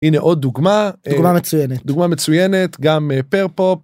הנה עוד דוגמה, דוגמה מצוינת, דוגמה מצוינת, גם פר-פופ.